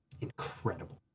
incredible